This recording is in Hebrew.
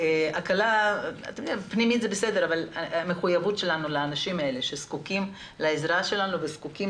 יש לנו מחויבות לאנשים האלה שזקוקים לעזרה שלנו וזקוקים